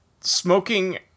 Smoking